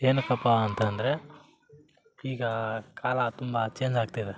ಏನಕಪ್ಪ ಅಂತಂದರೆ ಈಗ ಕಾಲ ತುಂಬ ಚೇಂಜ್ ಆಗ್ತಿದೆ